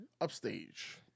Upstage